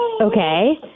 Okay